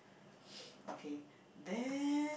okay then